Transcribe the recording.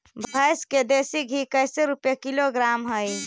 भैंस के देसी घी कैसे रूपये किलोग्राम हई?